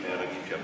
ואנשים נהרגים שם,